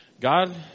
God